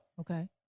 Okay